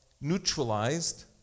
neutralized